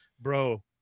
bro